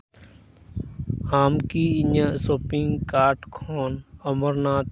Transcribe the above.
ᱟᱢ ᱠᱤ ᱤᱧᱟᱹᱜ ᱥᱚᱯᱤᱝ ᱠᱟᱨᱰ ᱠᱷᱚᱱ ᱚᱢᱚᱨᱱᱟᱛᱷ